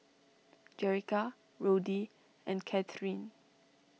Jerrica Roddy and Kathryne